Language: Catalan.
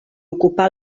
ocupà